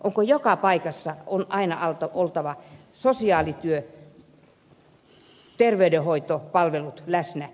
onko joka paikassa aina oltava sosiaalityö terveydenhoitopalvelut läsnä